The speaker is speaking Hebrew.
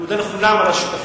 אני מודה לכולם על השותפות,